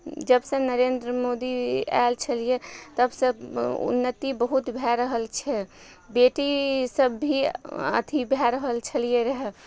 जबसँ नरेन्द्र मोदी एल छलियै तबसँ उन्नति बहुत भए रहल छै बेटी सब भी अथी भए रहल छलियै रह